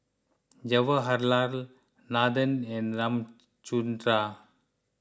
Jawaharlal Nathan and Ramchundra